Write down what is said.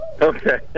Okay